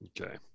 Okay